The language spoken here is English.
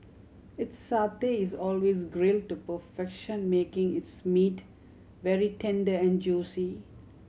its satay is always grill to perfection making its meat very tender and juicy